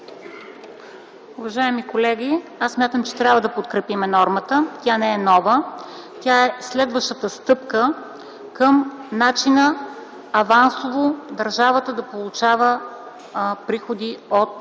Уважаеми колеги, аз смятам, че трябва да подкрепим нормата. Тя не е нова, тя е следващата стъпка към начина авансово държавата да получава приходи от